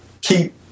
keep